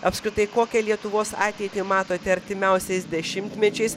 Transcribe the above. apskritai kokią lietuvos ateitį matote artimiausiais dešimtmečiais